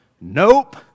nope